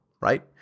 right